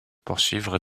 poursuivre